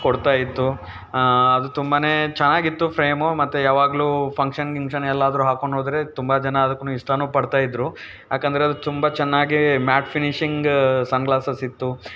ಕೊಡ್ತಾ ಇತ್ತು ಅದು ತುಂಬಾ ಚೆನ್ನಾಗಿತ್ತು ಫ್ರೇಮು ಮತ್ತು ಯಾವಾಗಲೂ ಫಂಕ್ಷನ್ ಗಿಂಗ್ಷನ್ ಎಲ್ಲಾದ್ರು ಹಾಕೊಂಡೋದರೆ ತುಂಬಾ ಜನ ಅದಕ್ಕು ಇಷ್ಟಾ ಪಡ್ತಾ ಇದ್ರು ಯಾಕಂದರೆ ಅದು ತುಂಬ ಚೆನ್ನಾಗಿ ಮ್ಯಾಟ್ ಫಿನಿಶಿಂಗ್ ಸನ್ ಗ್ಲಾಸಸ್ಸಿತ್ತು